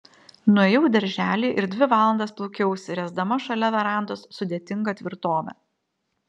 nuėjau į darželį ir dvi valandas plūkiausi ręsdama šalia verandos sudėtingą tvirtovę